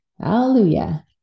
Hallelujah